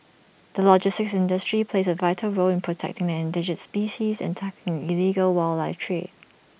the logistics industry plays A vital role in protecting the endangered species and tackling the illegal wildlife trade